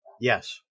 Yes